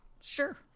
Sure